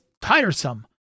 tiresome